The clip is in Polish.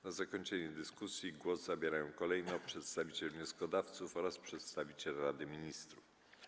Na zakończenie dyskusji głos zabierają kolejno przedstawiciel wnioskodawców oraz przedstawiciel Rady Ministrów.